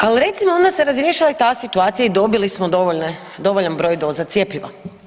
Ali recimo onda se razišla ta situacija i dobili smo dovoljan broj doza cjepiva.